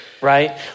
right